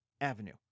Avenue